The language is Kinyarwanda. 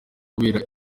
kubera